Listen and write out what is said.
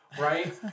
right